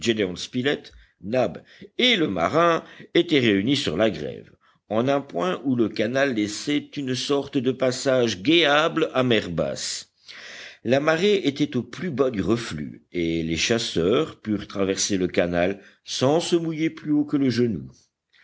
et le marin étaient réunis sur la grève en un point où le canal laissait une sorte de passage guéable à mer basse la marée était au plus bas du reflux et les chasseurs purent traverser le canal sans se mouiller plus haut que le genou